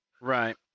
Right